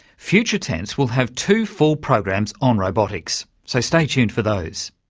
future tense will have two full programs on robotics, so stay tuned for those.